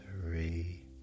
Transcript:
three